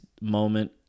moment